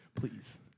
Please